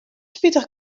spitich